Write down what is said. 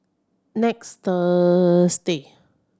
next Thursday